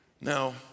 Now